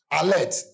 alert